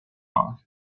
mark